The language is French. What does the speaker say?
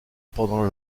pendant